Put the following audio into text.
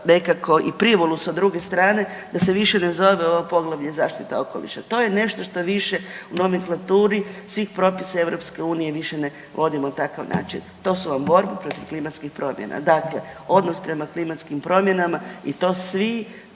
nekako i privolu sa druge strane da se više ne zove ovo poglavlje zaštita okoliša. To je nešto što više u nomenklaturi svih propisa Europske unije više ne … /ne razumije se/ … na takav način. To su vam borbe protiv klimatskih promjena. Dakle odnos prema klimatskim promjenama i to svi